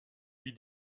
wie